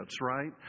right